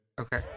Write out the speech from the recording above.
Okay